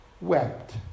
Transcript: wept